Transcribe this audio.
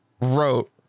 wrote